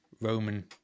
Roman